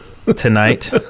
Tonight